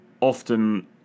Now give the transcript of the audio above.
often